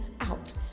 out